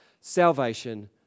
salvation